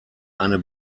eine